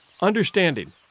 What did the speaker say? understanding